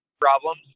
problems